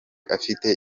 afite